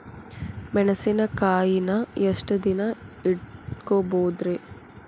ಮೆಣಸಿನಕಾಯಿನಾ ಎಷ್ಟ ದಿನ ಇಟ್ಕೋಬೊದ್ರೇ?